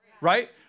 Right